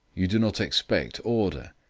you do not expect order.